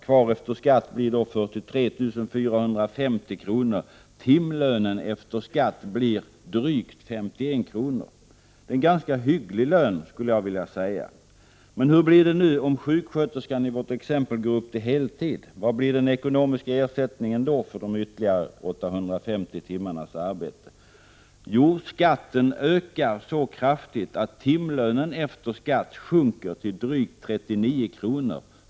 Kvar efter skatt blir 43 450 kr. Timlönen efter skatt blir då drygt 51 kr. — en ganska hygglig lön, skulle jag vilja säga. Hur blir det nu om sjuksköterskan i vårt exempel går upp till heltid? Vad blir den ekonomiska ersättningen för ytterligare 850 timmars arbete? Jo, skatten ökar så kraftigt att timlönen efter skatt sjunker till drygt 39 kr.